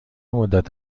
مدت